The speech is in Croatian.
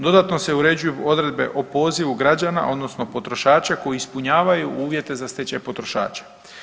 Dodatno se uređuju odredbe o pozivu građana odnosno potrošača koji ispunjavaju uvjete za stečaj potrošača.